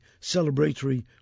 celebratory